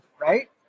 Right